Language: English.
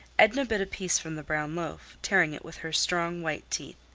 edna bit a piece from the brown loaf, tearing it with her strong, white teeth.